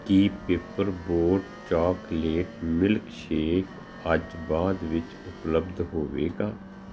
ਕੀ Paper Boat chocolate milkshake ਅੱਜ ਬਾਅਦ ਵਿੱਚ ਉਪਲਬਧ ਹੋਵੇਗਾ